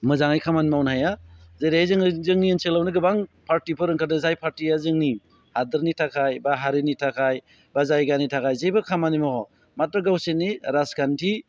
मोजाङै खामानि मावनो हाया जेरै जोङो जोंनि ओनसोलावनो गोबां पार्टिफोर ओंखारदों जाय पार्टिया जोंनि हादोरनि थाखाय एबा हारिनि थाखाय एबा जायगानि थाखाय जेबो खामानि मावा माथ्र' गावसिनि राजखान्थि